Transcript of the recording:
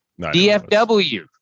DFW